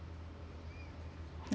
ya